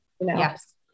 Yes